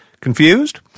Confused